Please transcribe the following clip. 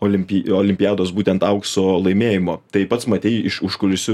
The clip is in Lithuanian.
olimpi olimpiados būtent aukso laimėjimo tai pats matei iš užkulisių